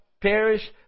perish